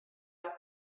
are